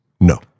No